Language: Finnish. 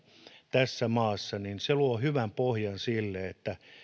tässä maassa niin se luo hyvän pohjan sille että